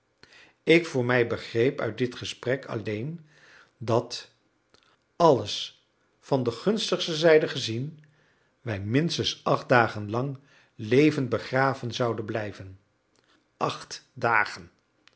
ik voor mij begreep uit dit gesprek alleen dat alles van de gunstigste zijde gezien wij minstens acht dagen lang levend begraven zouden blijven acht dagen